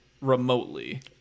remotely